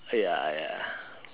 ya ya